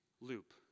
loop